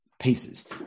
pieces